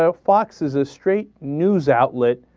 so fox is a straight news outlet